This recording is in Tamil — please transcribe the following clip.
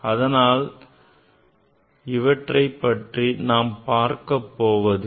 அதனால் அவற்றைப் பற்றி நாம் பார்க்கப்போவதில்லை